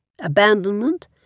abandonment